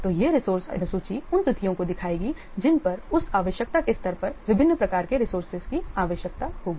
तो यह रिसोर्स अनुसूची उन तिथियों को दिखाएगी जिन पर उस आवश्यकता के स्तर पर विभिन्न प्रकार के रिसोर्सेज की आवश्यकता होगी